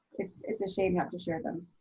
it's it's a shame not to share them.